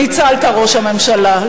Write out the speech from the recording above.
ניצלת, ראש הממשלה.